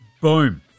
Boom